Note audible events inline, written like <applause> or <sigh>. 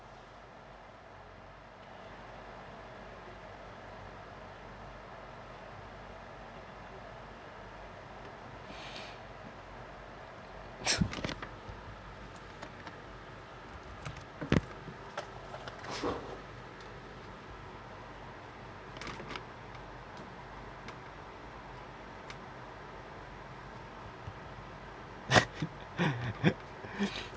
<breath> <laughs> <noise>